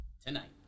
Tonight